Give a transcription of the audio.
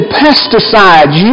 pesticides